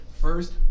First